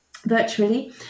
virtually